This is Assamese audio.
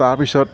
তাৰ পিছত